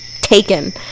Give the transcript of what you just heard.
taken